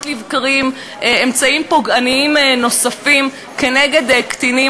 לבקרים אמצעים פוגעניים נוספים כנגד קטינים,